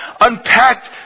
unpacked